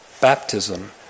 baptism